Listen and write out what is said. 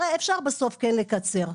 הרי אפשר בסוף כן לקצר.